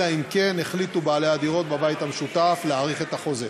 אלא אם כן החליטו בעלי הדירות בבית המשותף להאריך את החוזה.